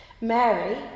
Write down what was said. Mary